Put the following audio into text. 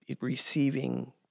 receiving